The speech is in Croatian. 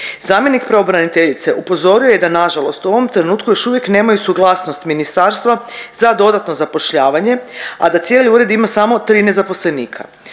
Zamjenik pravobraniteljice upozorio je da nažalost u ovom trenutku još uvijek nemaju suglasnost ministarstva za dodatno zapošljavanje, a da cijeli ured ima samo 13 zaposlenika.